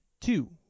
two